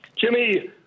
Jimmy